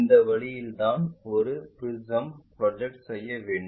இந்த வழியில்தான் ஒரு ப்ரிஸம் ப்ரொஜெக்ட் செய்ய வேண்டும்